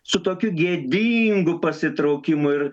su tokiu gėdingu pasitraukimu ir